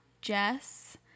Jess